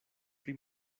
pri